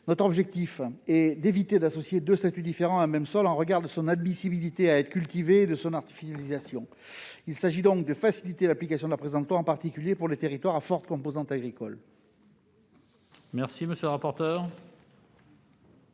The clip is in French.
Notre objectif est d'éviter d'associer deux statuts différents à un même sol au regard de son admissibilité à être cultivé et de son artificialisation. Il s'agit donc de faciliter l'application du présent texte, en particulier pour les territoires à forte composante agricole. Quel est l'avis de